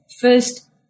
First